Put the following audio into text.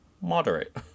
moderate